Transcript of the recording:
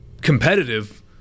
competitive